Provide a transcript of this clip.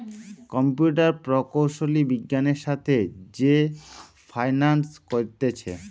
computer প্রকৌশলী বিজ্ঞানের সাথে যে ফাইন্যান্স করতিছে